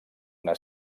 una